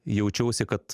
jaučiausi kad